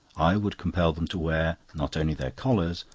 i would compel them to wear, not only their collars,